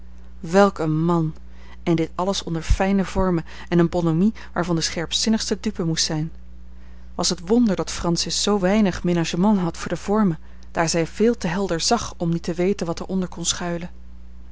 een man en dit alles onder fijne vormen en eene bonhomie waarvan de scherpzinnigste dupe moest zijn was het wonder dat francis zoo weinig menagement had voor de vormen daar zij veel te helder zag om niet te weten wat er onder kon schuilen